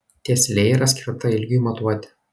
tieslė yra skirta ilgiui matuoti